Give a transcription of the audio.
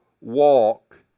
walk